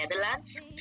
Netherlands